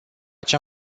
cea